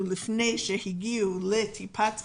לאנשים לפני שהם הגיעו לטיפות החלב.